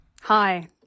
hi